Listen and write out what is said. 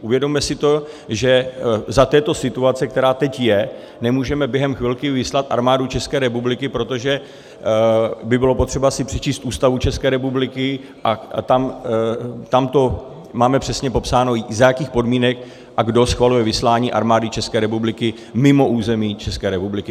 Uvědomme si to, že za této situace, která teď je, nemůžeme během chvilky vyslat Armádu České republiky, protože by bylo potřeba si přečíst Ústavu České republiky a tam to máme přesně popsáno, za jakých podmínek a kdo schvaluje vyslání Armády České republiky mimo území České republiky.